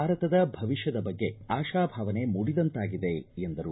ಭಾರತದ ಭವಿಷ್ಠದ ಬಗ್ಗೆ ಆಶಾಭಾವನೆ ಮೂಡಿದಂತಾಗಿದೆ ಎಂದರು